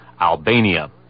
Albania